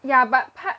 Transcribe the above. ya but part